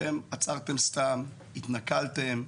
אתם עצרתם סתם, התנכלתם,